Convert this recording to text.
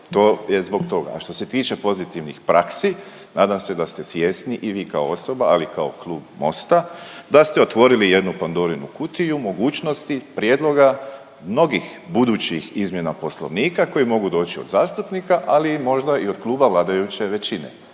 To je zbog toga, a što se tiče pozitivnih praksi, nadam se da ste svjesni i vi kao osoba ali kao Klub Mosta, da ste otvorili jednu Pandorinu kutiju mogućnosti prijedloga mnogih budućih izmjena Poslovnika koji mogu doći od zastupnika, ali i možda i od kluba vladajuće većine.